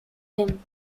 them